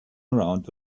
around